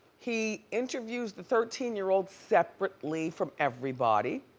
he interviews the thirteen year old separately from everybody.